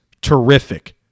terrific